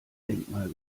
denkmal